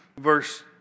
Verse